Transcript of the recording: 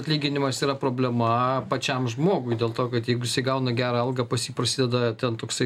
atlyginimas yra problema pačiam žmogui dėl to kad jeigu gauna gerą algą pas jį prasideda ten toksai